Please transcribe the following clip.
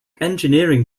engineering